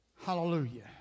Hallelujah